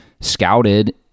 scouted